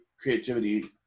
creativity